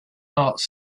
arts